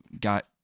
got